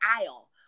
aisle